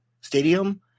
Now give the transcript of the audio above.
stadium